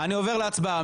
אני עובר להצבעה.